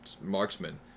marksmen